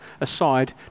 aside